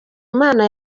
imana